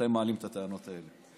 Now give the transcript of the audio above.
שאתם מעלים את הטענות האלה,